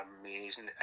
amazing